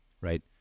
right